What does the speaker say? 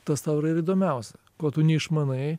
tas tau yra ir įdomiausia ko tu neišmanai